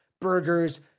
burgers